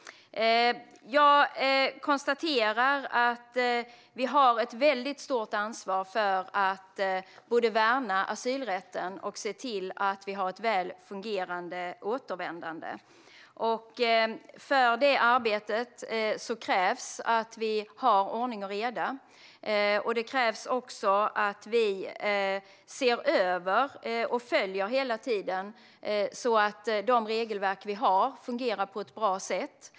Jag konstaterar att vi har ett väldigt stort ansvar för att både värna asylrätten och se till att vi har ett väl fungerande återvändande. För det arbetet krävs att vi har ordning och reda. Det krävs också att vi ser över och hela tiden följer upp att de regelverk vi har fungerar på ett bra sätt.